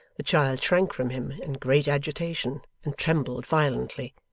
the child shrank from him in great agitation, and trembled violently.